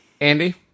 Andy